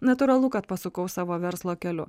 natūralu kad pasukau savo verslo keliu